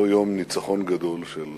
אותו יום ניצחון, הגדול, של